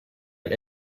and